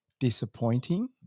disappointing